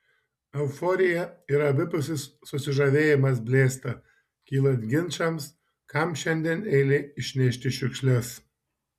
euforija ir abipusis susižavėjimas blėsta kylant ginčams kam šiandien eilė išnešti šiukšles